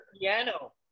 piano